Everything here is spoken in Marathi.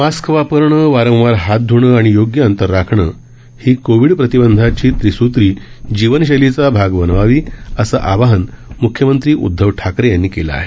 मास्क वापरणं वारंवार हात ध्णं आणि योग्य अंतर राखणं ही कोवि प्रतिबंधाची त्रिसूत्री जीवनशैलीचा भाग बनवावी असं आवाहन मुख्यमंत्री उद्धव ठाकरे यांनी केलं आहे